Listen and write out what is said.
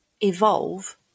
evolve